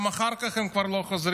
גם אחר כך הם כבר לא חוזרים.